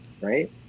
right